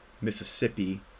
mississippi